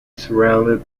surrounded